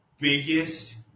biggest